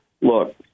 look